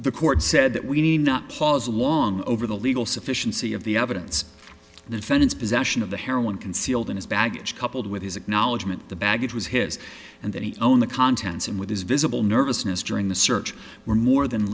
the court said that we need not pause long over the legal sufficiency of the evidence then found its possession of the heroin concealed in his baggage coupled with his acknowledgement the baggage was his and that he own the contents and with his visible nervousness during the search were more than